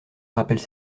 rappelle